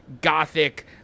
gothic